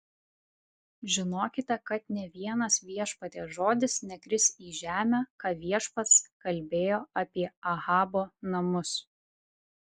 žinokite kad nė vienas viešpaties žodis nekris į žemę ką viešpats kalbėjo apie ahabo namus